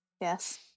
Yes